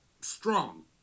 strong